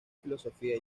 filosofía